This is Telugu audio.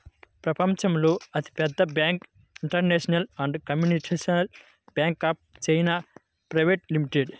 ప్రపంచంలో అతిపెద్ద bank industrial and commercial bank of China private limited